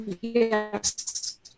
Yes